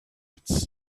could